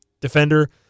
defender